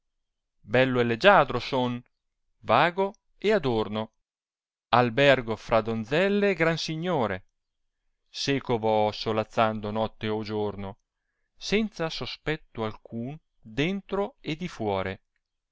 bello e leggiadro soti vago ed adorno albergo fra donzelle e gran signore seco vo solazzando notte o giorno senza sospetto alcun dentro e di fuore